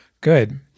Good